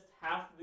half